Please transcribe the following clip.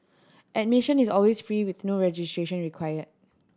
admission is always free with no registration required